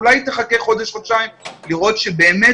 אולי היא תחכה חודש-חודשיים לראות שבאמת